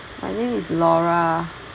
my name is laura